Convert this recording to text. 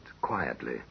quietly